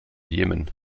jemen